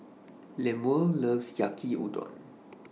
Lemuel loves Yaki Udon